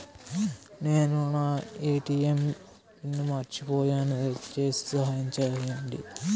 నేను నా ATM pin మర్చిపోయాను, దయచేసి సహాయం చేయండి